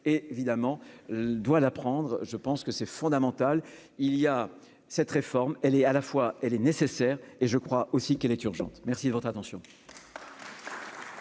évidemment doit l'apprendre, je pense que c'est fondamental, il y a cette réforme, elle est à la fois elle est nécessaire et je crois aussi qu'elle est urgente, merci de votre attention.